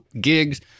gigs